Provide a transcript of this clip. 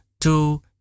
two